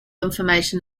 information